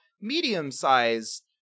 medium-sized